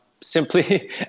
Simply